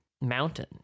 mountain